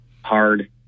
hard